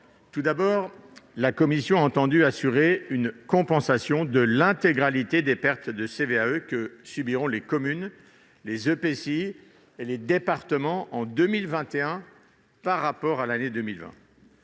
Tout d'abord, la commission a entendu assurer une compensation de l'intégralité des pertes de CVAE que subiront les communes, les EPCI et les départements en 2021, en comparaison de l'année 2020.